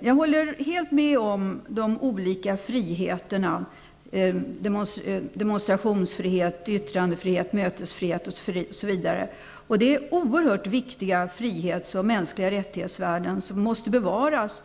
Jag håller helt med om de olika friheterna: demonstrationsfrihet, yttrandefrihet, mötesfrihet osv. Det är oerhört viktiga frihets och mänskliga rättighetsvärden som måste bevaras.